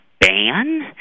Ban